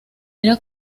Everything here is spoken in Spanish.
era